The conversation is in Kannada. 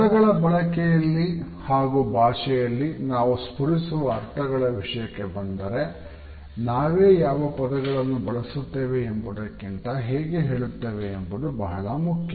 ಪದಗಳ ಬಳಕೆಯಲ್ಲಿ ಹಾಗು ಭಾಷೆಯಲ್ಲಿ ನಾವು ಸ್ಪುರಿಸುವ ಅರ್ಥಗಳ ವಿಷಯಕ್ಕೆ ಬಂದರೆ ನಾವೇ ಯಾವ ಪದಗಳನ್ನು ಬಳಸುತ್ತೇವೆ ಎಂಬುದಕ್ಕಿಂತ ಹೇಗೆ ಹೇಳುತ್ತೇವೆ ಎಂಬುದು ಬಹಳ ಮುಖ್ಯ